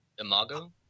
Imago